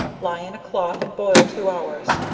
lye in a cloth and boil two hours,